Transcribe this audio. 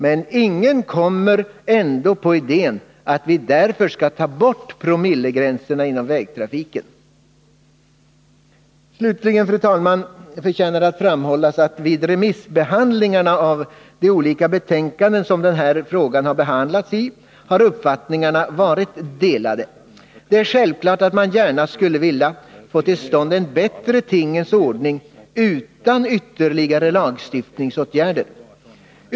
Men ingen kommer ändå på idén att vi därför skall ta bort promillegränserna beträffande vägtrafiken. Slutligen, fru talman, förtjänar det att framhållas att uppfattningarna har 117 varit delade vid remissbehandlingarna av de betänkanden där den här frågan behandlats. Det är självklart att man gärna skulle vilja få till stånd en bättre tingens ordning utan ytterligare lagstiftningsåtgärder.